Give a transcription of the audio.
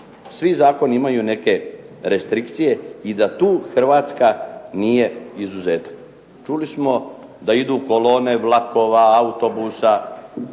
svi zakoni imaju neke restrikcije i da tu Hrvatska nije izuzetak. Čuli smo da idu kolone vlakova, autobusa,